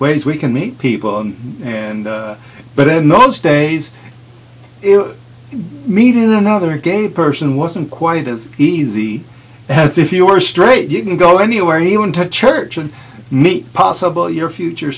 ways we can meet people and but in those days if meeting another gay person wasn't quite as easy as if you were straight you can go anywhere he went to church and meet possible your future